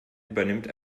übernimmt